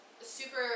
super